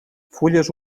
fulles